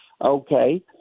Okay